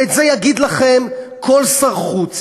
ואת זה יגיד לכם כל שר חוץ,